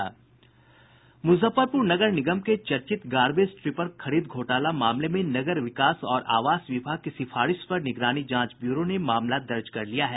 मुजफ्फरपुर नगर निगम के चर्चित गार्बेज ट्रिपर खरीद घोटाला मामले में नगर विकास और आवास विभाग की सिफारिश पर निगरानी जांच ब्यूरो ने मामला दर्ज कर लिया है